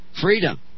freedom